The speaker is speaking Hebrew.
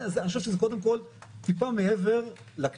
אני חושב שזה קודם כל טיפה מעבר לקנס.